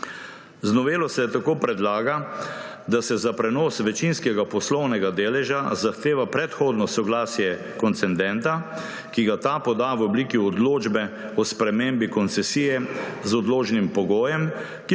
Z novelo se tako predlaga, da se za prenos večinskega poslovnega deleža zahteva predhodno soglasje koncedenta, ki ga ta poda v obliki odločbe o spremembi koncesije z odložnim pogojem,